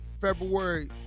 February